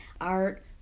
art